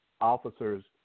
officers